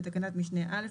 בתקנת משנה (א),